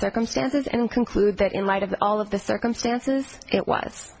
circumstances and conclude that in light of all of the circumstances it was